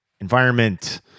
Environment